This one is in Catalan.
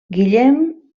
guillem